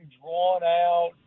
drawn-out